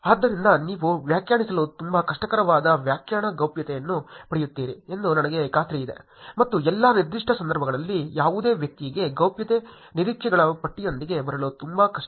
ಆದ್ದರಿಂದ ನೀವು ವ್ಯಾಖ್ಯಾನಿಸಲು ತುಂಬಾ ಕಷ್ಟಕರವಾದ ವ್ಯಾಖ್ಯಾನ ಗೌಪ್ಯತೆಯನ್ನು ಪಡೆಯುತ್ತೀರಿ ಎಂದು ನನಗೆ ಖಾತ್ರಿಯಿದೆ ಮತ್ತು ಎಲ್ಲಾ ನಿರ್ದಿಷ್ಟ ಸಂದರ್ಭಗಳಲ್ಲಿ ಯಾವುದೇ ವ್ಯಕ್ತಿಗೆ ಗೌಪ್ಯತೆ ನಿರೀಕ್ಷೆಗಳ ಪಟ್ಟಿಯೊಂದಿಗೆ ಬರಲು ತುಂಬಾ ಕಷ್ಟ